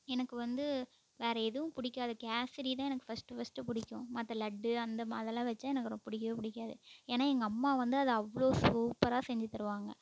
எனக்கு வந்து வேறு எதுவும் பிடிக்காது கேசரி தான் எனக்கு ஃபஸ்ட்டு ஃபஸ்ட்டு பிடிக்கும் மற்ற லட்டு அந்த மாரி அதெல்லாம் வைச்சா எனக்கு பிடிக்கவே பிடிக்காது ஏன்னால் எங்கள் அம்மா வந்து அதை அவ்வளோ சூப்பராக செஞ்சுத் தருவாங்க